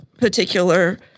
particular